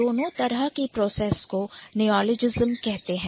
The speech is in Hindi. दोनों तरह की प्रोसेस को Neologism कहते हैं